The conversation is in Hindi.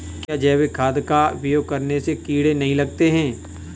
क्या जैविक खाद का उपयोग करने से कीड़े नहीं लगते हैं?